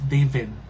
David